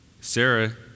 Sarah